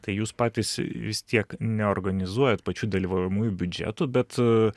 tai jūs patys vis tiek neorganizuojat pačių dalyvaujamųjų biudžetų bet